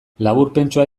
laburpentxoa